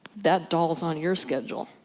that doll is on your schedule.